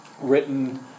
written